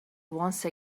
once